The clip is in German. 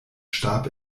starb